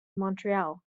montreal